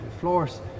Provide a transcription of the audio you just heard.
floors